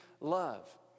love